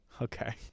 Okay